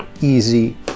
Easy